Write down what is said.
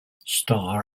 starr